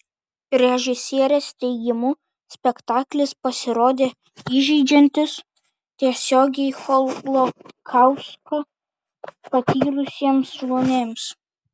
režisierės teigimu spektaklis pasirodė įžeidžiantis tiesiogiai holokaustą patyrusiems žmonėms